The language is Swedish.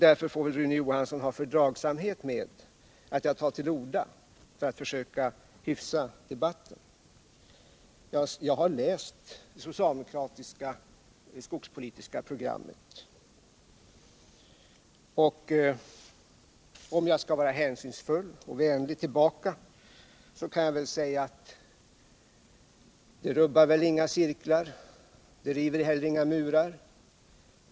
Därför får väl Rune Johansson ha fördragsamhet med att jag tar till orda för att försöka hyfsa debatten. Jag har läst det socialdemokratiska skogspolitiska programmet. Om jag skall vara hänsynsfull och vänlig tillbaka, kan jag säga att det väl inte rubbar några cirklar och heller inte river några murar.